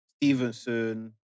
Stevenson